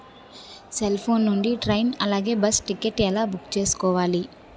Cell phone నుండి train అలాగే bus ticket ఎలా బుక్ చేసుకోవాలి?